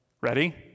ready